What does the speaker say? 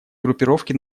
группировки